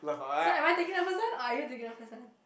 so am I taking the first one or are you taking the first one